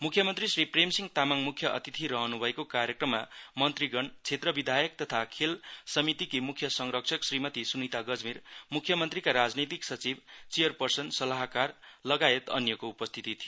म्ख्यमन्त्री श्री प्रेमसिंह तामाङ म्ख्य अतिथि रहन्भएको कार्यक्रममा मन्त्रीगण क्षेत्र विधायक तथा मेला समितिकी म्ख्य संरक्षक श्रीमती स्नीता गजमेर म्ख्य मन्त्रीका राजनीतिक सचिव चियरपर्सन सल्लाहकार लगायत अन्यको उपस्थिति थियो